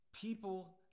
people